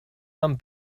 amb